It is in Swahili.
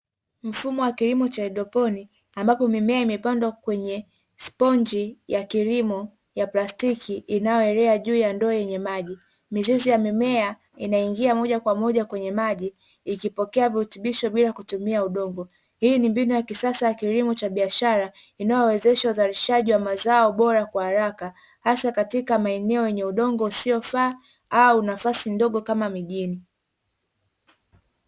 Mfumo wa kilimo cha haidroponi ambapo mimea imepandwa kwenye sponji ya kilimo ya plastiki inayoelea juu ya ndoo yenye maji, mizizi ya mimea inaingia moja kwa moja kwenye maji ikipokea virutubisho bila kutumia udongo; hii ni mbinu ya kisasa ya kilimo cha biashara inayowezesha uzalishaji wa mazao bora kwa haraka hasa katika maeneo yenye udongo usiofaa au nafasi ndogo kama mijini.